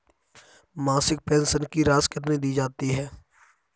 मासिक पेंशन की राशि कितनी दी जाती है?